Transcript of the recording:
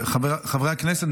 חברי הכנסת,